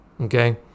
okay